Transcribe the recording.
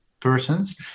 persons